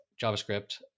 javascript